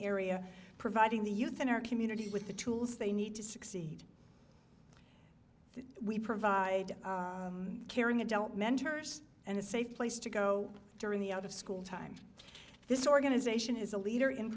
area providing the youth in our community with the tools they need to succeed we provide caring adult mentors and a safe place to go during the out of school time this organization is a leader in